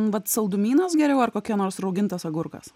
vat saldumynas geriau ar kokie nors raugintas agurkas